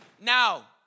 now